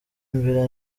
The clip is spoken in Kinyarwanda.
imbere